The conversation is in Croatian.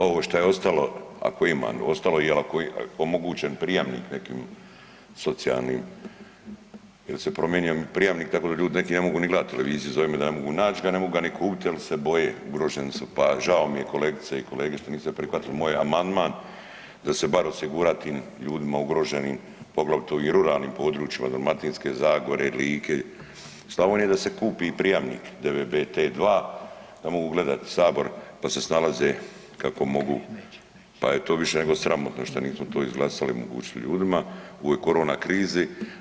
Ovo što je ostalo, ako ima, ostalo je jer ako je omogućen prijamnik nekim socijalnim jer se promijenio prijamnik tako da ljudi neki ne mogu ni gledati televiziju, zovu me da ne mogu nać ga, ne mogu ga ni kupiti jer se boje, ugroženi su pa žao mi je kolegice i kolege što niste prihvatili moj amandman da se bar osigura tim ljudima ugroženim, poglavito u ruralnim područjima Dalmatinske zagore, Like, Slavonije da se kupi prijamnik DVB-T2 da mogu gledati Sabor pa se snalaze kako mogu pa je to više nego sramotno što to nismo izglasali i omogućili ljudima u ovoj korona krizi.